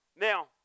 Now